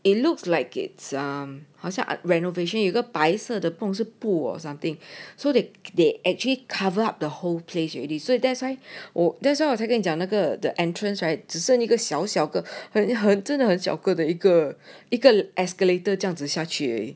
it looks like it's um 好像 renovation 一个白色的是 pool or something so they they actually cover up the whole place you already so that's why that's why 我才跟你讲那个 the entrance right 只剩一个小小个很很真的很小个的一个一个 escalator 这样子下去